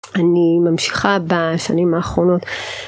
אני ממשיכה בשנים האחרונות.